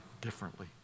differently